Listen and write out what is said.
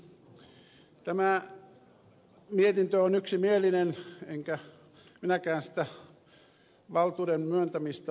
tämä mietintö on yksimielinen enkä minäkään sitä valtuuden myöntämistä vastusta